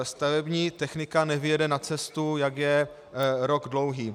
Stavební technika nevyjede na cestu, jak je rok dlouhý.